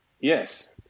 Yes